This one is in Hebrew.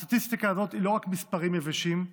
הסטטיסטיקה הזאת היא לא רק מספרים יבשים,